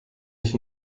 ich